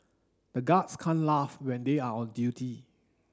the guards can't laugh when they are on duty